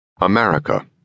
America